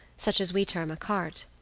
such as we term a cart.